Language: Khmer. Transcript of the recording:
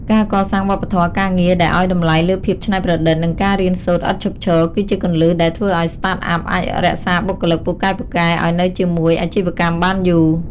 ការកសាងវប្បធម៌ការងារដែលឱ្យតម្លៃលើភាពច្នៃប្រឌិត និងការរៀនសូត្រឥតឈប់ឈរ គឺជាគន្លឹះដែលធ្វើឱ្យ Startup អាចរក្សាបុគ្គលិកពូកែៗឱ្យនៅជាមួយអាជីវកម្មបានយូរ។